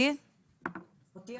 מבינה